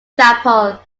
chapel